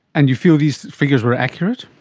and you feel these figures were accurate?